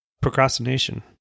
procrastination